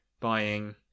buying